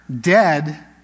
dead